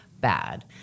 bad